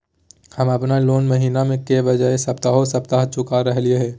हम अप्पन लोन महीने के बजाय सप्ताहे सप्ताह चुका रहलिओ हें